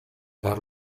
per